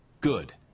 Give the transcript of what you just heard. Good